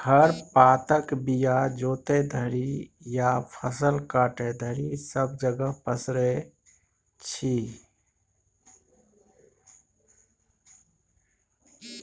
खर पातक बीया जोतय घरी या फसल काटय घरी सब जगह पसरै छी